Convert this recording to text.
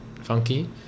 funky